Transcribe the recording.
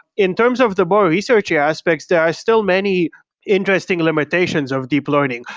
in terms of the more research yeah aspects, there are still many interesting limitations of deep learning.